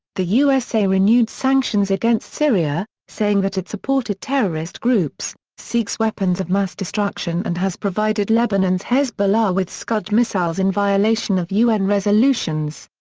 the usa renewed sanctions against syria, saying that it supported terrorist groups, seeks weapons of mass destruction and has provided lebanon's hezbollah with scud missiles in violation of un resolutions.